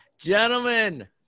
Gentlemen